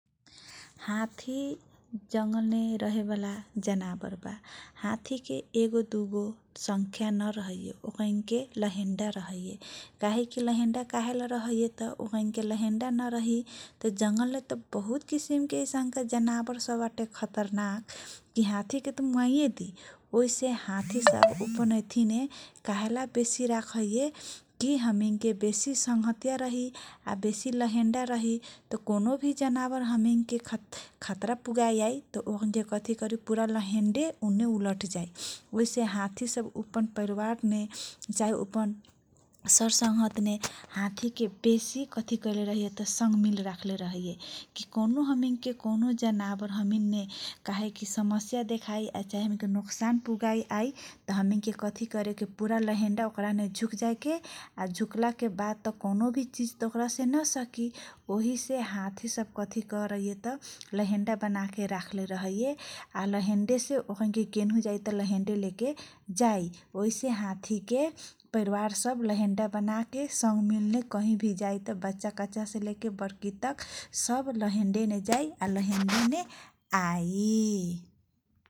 हाथि जङगलमे रहेबाला जनाबरबा । हाति के एगो दुगो सङख्या नरहैये । ओकैनके लहेन्डा रहैये । काहेके लहेन्डा कहिला रहैये तह ओकैनके लहेन्डा नरही तह जङ्गलमे बहुत किसिमके जनावर सब बाते खतरनाक कि हातिके तह मुवाइमेदी ओहिसे हाथिसब ओपन हथिमे काहेला बेसी राखैये । कि हमैनके बेसी संहतिया रहिइ आबेसी लेहेन्डा रहीही तह कौनोभि जनावर हमैनके खत खतरा पुगाए आइ तह ओकैनके कथी करू पुरा लहेन्डे उल्टजाइ ओही से हाति सब अपन पैइरबारने चाहे उअपन सरसंहतने हातिके बेसी कथी कयले रहैये त बेसी संगमिल राखले रहैये । की कौनो हमैनके कौनो जनावर संहतमे हातिके बेसी कथि कएलेरहयेत संगमिल राखले रहैये । किकौनो हमिनके क नौ जनावर हमिनमे काहेकी समस्या देखाइ आचाहे नोकसान पुगाए आइ त हमिन के कथि करेके पुरा लहेन्डा ओकराने झुकजाएके आ झुकलाकेबाद कौनोभि चिज त नसकी ओहिसे हाति सब कथि करैये त लहेन्डा बनाके राखले रहैये । आ लहेन्डेसे ओकैनके केन्हु जाइत लहेन्डे लेके जाइ ओहिसे हातिके परिवार सब लहेन्डा बनाके संगमिलमे कही भि जाइत बचाकचा से लेके बर्की तक सब लहेन्डेमे जाई लहेन्डे ने आई ।